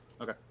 Okay